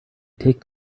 take